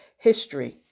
history